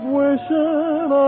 wishing